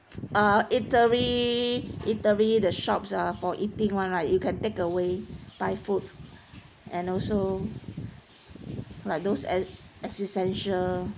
ah eatery eatery the shops ah for eating [one] right you can take away buy food and also like those as as is essential